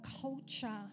culture